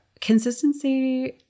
consistency